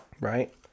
Right